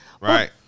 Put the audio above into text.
Right